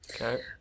okay